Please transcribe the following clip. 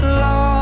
lost